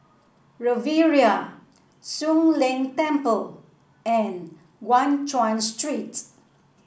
Riviera Soon Leng Temple and Guan Chuan Street